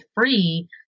free